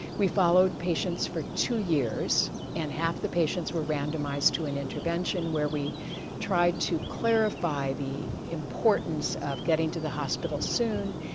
we followed patients for two years, and half the patients were randomised to an intervention where we tried to clarify the importance of getting to the hospital soon,